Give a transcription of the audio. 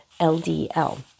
LDL